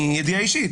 מידיעה אישית,